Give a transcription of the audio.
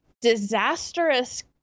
disastrous